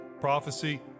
prophecy